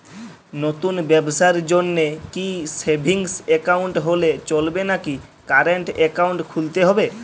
নতুন ব্যবসার জন্যে কি সেভিংস একাউন্ট হলে চলবে নাকি কারেন্ট একাউন্ট খুলতে হবে?